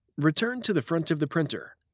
return to the front of the printer.